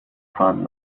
found